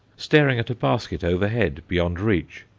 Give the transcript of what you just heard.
staring at a basket overhead beyond reach.